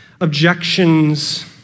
objections